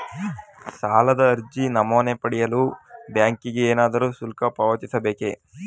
ಸಾಲದ ಅರ್ಜಿ ನಮೂನೆ ಪಡೆಯಲು ಬ್ಯಾಂಕಿಗೆ ಏನಾದರೂ ಶುಲ್ಕ ಪಾವತಿಸಬೇಕೇ?